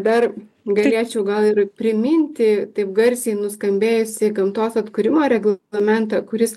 dar galėčiau gal ir priminti taip garsiai nuskambėjusį gamtos atkūrimo reglamentą kuris